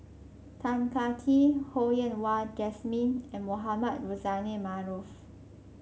Tan Kah Kee Ho Yen Wah Jesmine and Mohamed Rozani Maarof